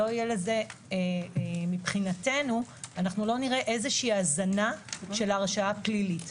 לא נראה הזנה של הרשעה פלילית.